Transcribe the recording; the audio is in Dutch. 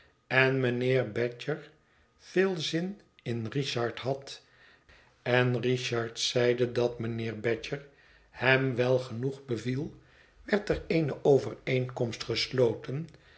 en mijnheer badger veel zin in richard had en richard zeide dat mijnheer badger hem wel genoeg beviel werd er eene overeenkomst gesloten